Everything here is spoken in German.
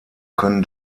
können